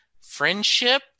friendship